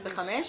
ב-2005.